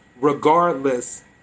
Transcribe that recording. regardless